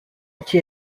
anti